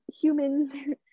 human